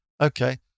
okay